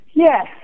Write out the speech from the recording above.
Yes